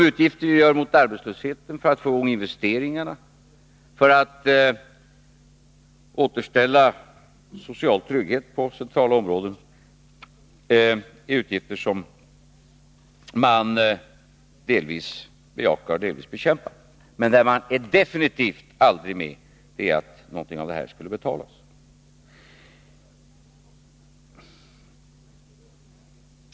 Åtgärderna för att bekämpa arbetslösheten, för att få i gång investeringarna och för att återställa social trygghet på centrala områden har man delvis bejakat och delvis bekämpat. Men man är definitivt aldrig med om att betala det.